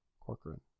Corcoran